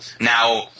now